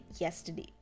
yesterday